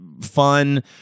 fun